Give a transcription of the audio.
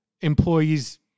employees